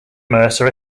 mercer